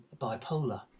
bipolar